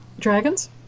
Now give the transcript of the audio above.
Dragons